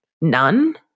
none